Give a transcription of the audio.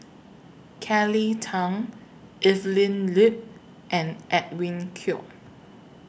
Kelly Tang Evelyn Lip and Edwin Koek